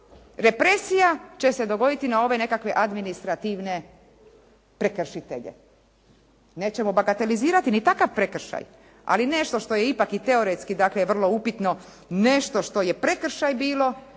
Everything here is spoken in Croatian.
represija će se dogoditi na ove nekakve administrativne prekršitelje. Nećemo bagatelizirati ni takav prekršaj, ali nešto što je ipak i teoretski dakle vrlo upitno, nešto što je prekršaj bilo,